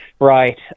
Right